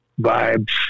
vibes